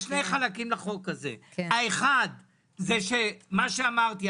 יש שני חלקים לחוק הזה: האחד - מה שאמרתי,